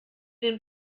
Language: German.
den